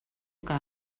que